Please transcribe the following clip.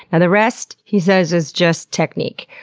and the rest he says is just technique.